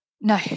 No